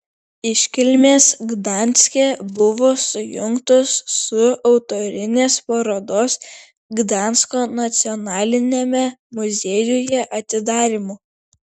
iškilmės gdanske buvo sujungtos su autorinės parodos gdansko nacionaliniame muziejuje atidarymu